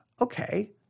Okay